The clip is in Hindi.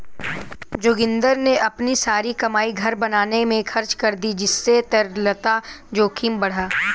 जोगिंदर ने अपनी सारी कमाई घर बनाने में खर्च कर दी जिससे तरलता जोखिम बढ़ा